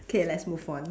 K let's move on